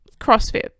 CrossFit